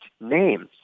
names